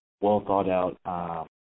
well-thought-out